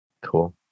Cool